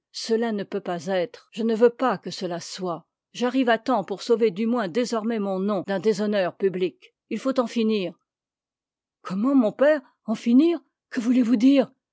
cela ne peut pas être je ne veux pas que cela soit j'arrive à temps pour sauver du moins désormais mon nom d'un déshonneur public il faut en finir comment mon père en finir que voulez-vous dire